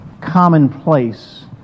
commonplace